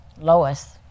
Lois